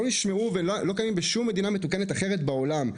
נשמעו ולא קיימים בשום מדינה מתוקנת בעולם,